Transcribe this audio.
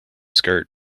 skirt